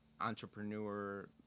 entrepreneur